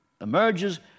emerges